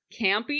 campy